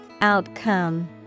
Outcome